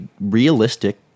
realistic